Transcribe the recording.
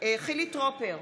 חילי טרופר,